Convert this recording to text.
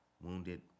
Wounded